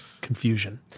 confusion